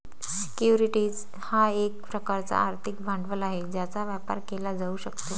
securities हा एक प्रकारचा आर्थिक भांडवल आहे ज्याचा व्यापार केला जाऊ शकतो